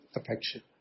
affection